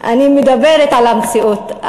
אני מדברת על המציאות.